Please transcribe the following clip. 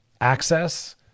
access